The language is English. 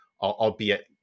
albeit